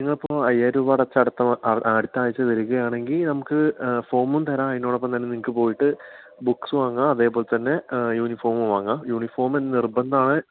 നിങ്ങളപ്പോൾ അയ്യായിരം രൂപ അടച്ചാൽ അടുത്ത അടുത്താഴ്ച വരികയാണെങ്കിൽ നമുക്ക് ഫോമും തരാം അതിനോടൊപ്പം തന്നെ നിങ്ങൾക്ക് പോയിട്ട് ബുക്ക്സ് വാങ്ങാം അതേപോലെത്തന്നെ യൂണിഫോമും വാങ്ങാം യൂണിഫോമും നിർബന്ധമാണ്